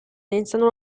iniziando